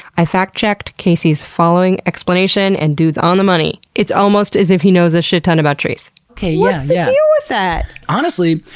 i fact-checked casey's following explanation, and dude's on the money. it's almost as if he knows a shit-ton about trees. what's yeah the deal with that? honestly,